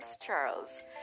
Charles